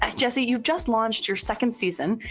ah jessi, you've just launched your second season,